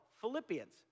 Philippians